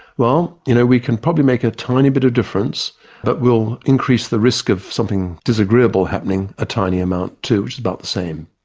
well, you know we can probably make a tiny bit of difference but we will increase the risk of something disagreeable happening a tiny amount too, which is about the same.